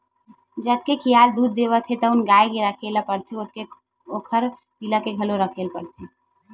जतके खियाल दूद देवत हे तउन गाय के राखे ल परथे ओतके ओखर पिला के घलो राखे ल परथे